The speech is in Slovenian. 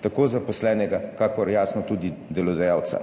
tako zaposlenega kakor, jasno, tudi delodajalca.